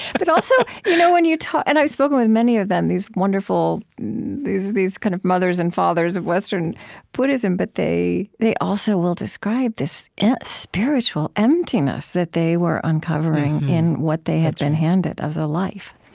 but also, you know when you talk and i've spoken with many of them, these wonderful these wonderful these kind of mothers and fathers of western buddhism. but they they also will describe this spiritual emptiness that they were uncovering in what they had been handed as a life.